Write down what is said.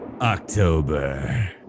october